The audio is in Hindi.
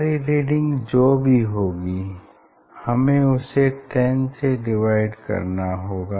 हमारी रीडिंग जो भी होगी हमें उसे 10 से डिवाइड करना होगा